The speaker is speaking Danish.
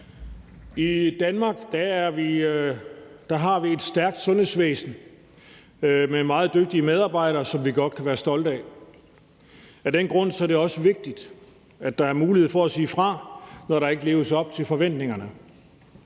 I Danmark har vi et stærkt sundhedsvæsen med meget dygtige medarbejdere, som vi godt kan være stolte af. Af den grund er det også vigtigt, at der er mulighed for at sige fra, når der ikke leves op til forventningerne.